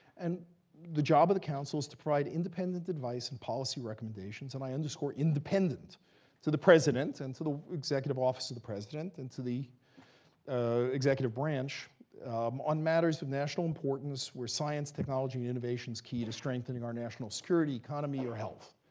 and the job of the council is to provide independent advice and policy recommendations and i underscore independent to the president, and to the executive office of the president, and to the executive branch on matters of national importance, where science, technology, and innovation is key to strengthening our national security, economy, or health.